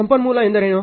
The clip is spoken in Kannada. ಸಂಪನ್ಮೂಲ ಎಂದರೇನು